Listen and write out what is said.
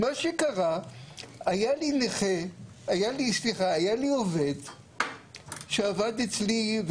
מה שקרה הוא שהיה לי עובד שעבד אצלי,